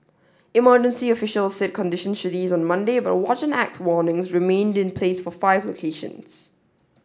emergency officials said conditions should ease on Monday but watch and act warnings remained in place for five locations